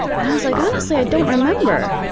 and i was like honestly i don't remember.